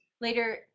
later